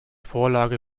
vorlage